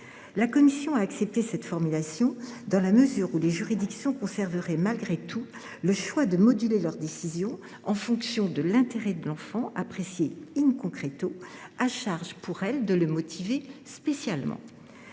La commission a accepté cette formulation, dans la mesure où les juridictions conserveraient malgré tout le choix de moduler leurs décisions en fonction de l’intérêt de l’enfant, apprécié, à charge pour elles de le motiver spécialement.